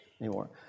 anymore